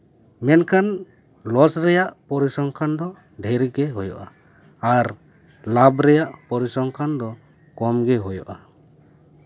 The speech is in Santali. ᱢᱮᱱᱠᱷᱟᱱ ᱞᱚᱥ ᱨᱮᱭᱟᱜ ᱯᱚᱨᱤᱥᱚᱝᱠᱷᱟᱱ ᱫᱚ ᱰᱷᱮᱨ ᱜᱮ ᱦᱩᱭᱩᱜᱼᱟ ᱟᱨ ᱞᱟᱵᱷ ᱨᱮᱭᱟᱜ ᱯᱚᱨᱤᱥᱚᱝᱠᱷᱟᱱ ᱫᱚ ᱠᱚᱢ ᱜᱮ ᱦᱩᱭᱩᱜᱼᱟ